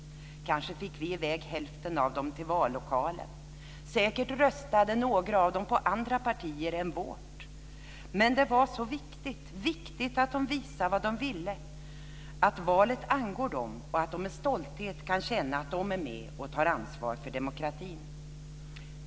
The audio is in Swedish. Kanske fick vi i väg hälften av dem till vallokalen. Säkert röstade några av dem på andra partier än vårt men det var så viktigt att de visade vad de ville - att valet angår dem och att de med stolthet kan känna att de är med och tar ansvar för demokratin.